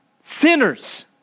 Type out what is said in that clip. sinners